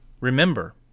Remember